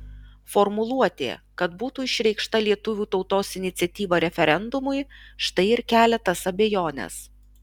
formuluotė kad būtų išreikšta lietuvių tautos iniciatyva referendumui štai ir kelia tas abejones